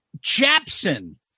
Japson